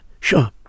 sure